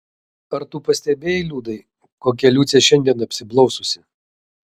ar tu pastebėjai liudai kokia liucė šiandien apsiblaususi